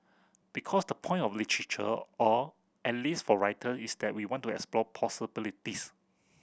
because the point of literature or at least for writer is that we want to explore possibilities